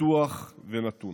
פתוח ונתון.